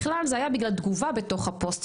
בכלל זה היה בגלל תגובה בתוך הפוסט,